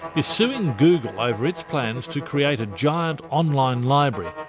is suing google over its claims to create a giant online library.